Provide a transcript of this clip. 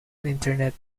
internet